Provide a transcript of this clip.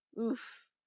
Oof